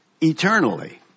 eternally